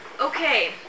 Okay